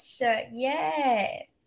yes